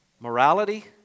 Morality